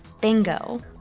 Bingo